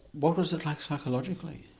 what was it like psychologically?